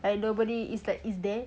like nobody is like is there